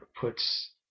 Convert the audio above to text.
puts